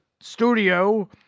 studio